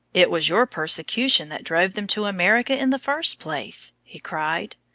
it was your persecution that drove them to america in the first place! he cried.